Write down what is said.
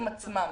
עצמם.